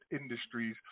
industries